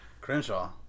Crenshaw